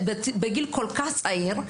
בגיל כל כך צעיר,